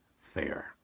fair